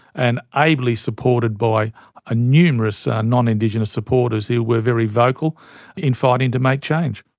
and ably supported by ah numerous non-indigenous supporters who were very vocal in fighting to make change.